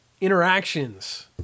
interactions